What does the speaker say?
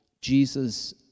Jesus